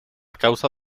causa